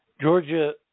georgia